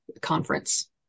conference